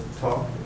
talk